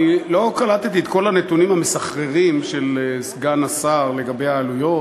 לא קלטתי את כל הנתונים המסחררים של סגן השר לגבי העלויות,